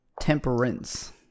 temperance